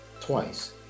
twice